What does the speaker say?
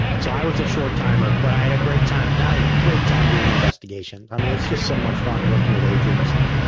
so, i was a short timer, but i had a great time. and i had a great time doing investigations. i mean, it's just so much fun working with agents and,